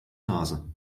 nase